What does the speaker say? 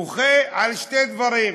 מוחה על שני דברים: